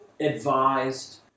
advised